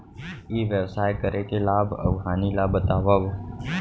ई व्यवसाय करे के लाभ अऊ हानि ला बतावव?